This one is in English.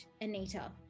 Anita